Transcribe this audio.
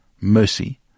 mercy